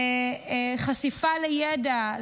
לחשיפה לידע,